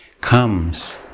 comes